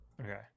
Okay